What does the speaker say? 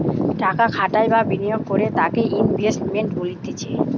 টাকা খাটাই বা বিনিয়োগ করে তাকে ইনভেস্টমেন্ট বলতিছে